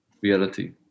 reality